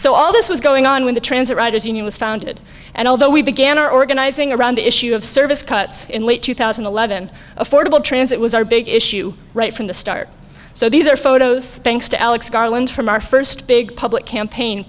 so all this was going on when the transit riders union was founded and although we began our organizing around the issue of service cuts in late two thousand and eleven affordable transit was big issue right from the start so these are photos thanks to alex garland from our first big public campaign